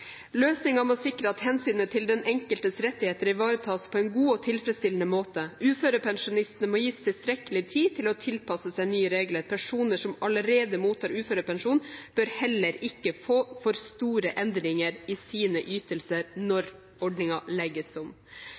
må sikre at hensynet til den enkeltes rettigheter ivaretas på en god og tilfredsstillende måte. Uførepensjonistene må gis tilstrekkelig tid til å tilpasse seg nye regler. Personer som allerede mottar uførepensjon bør heller ikke få for store endringer i sine ytelser når ordningen legges om.»